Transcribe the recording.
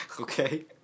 Okay